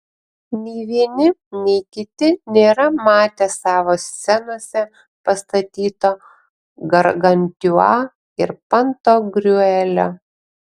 nei vieni nei kiti nėra matę savo scenose pastatyto gargantiua ir pantagriuelio